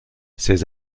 ces